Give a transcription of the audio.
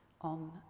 on